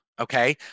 Okay